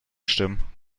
stimmen